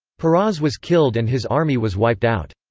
peroz was killed and his army was wiped out.